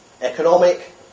economic